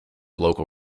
local